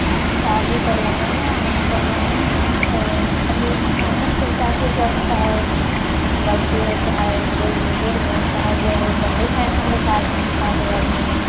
हम शादी पड़ी है ना वहाँ पर जाना है तो अब यह फैसन के हिसाब से सजता है लड़की होता है बुजुर बुज़ुर्ग हो चाहे जो हो सभी फैसन दिखाते हैं शादी वादी में